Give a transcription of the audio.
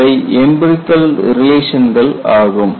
அவை எம்பிரிகல் ரிலேஷன்கள் ஆகும்